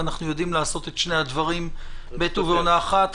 ואנחנו יודעים לעשות את שני הדברים בעת ובעונה אחת.